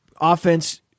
offense